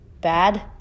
Bad